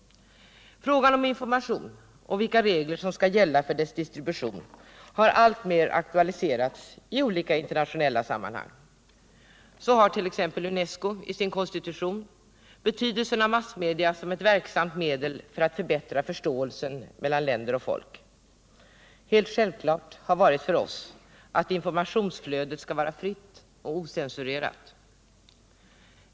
Frågan om information och vilka regler som skall gälla för dess distribution har alltmer aktualiserats i olika internationella sammanhang. Så har t.ex. UNESCO i sin konstitution betydelsen av massmedia som ett verksamt medel för att förbättra förståelsen mellan länder och folk. Helt självklart har för oss varit att informationsflödet skall vara fritt och ocensurerat.